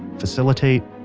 facilitate,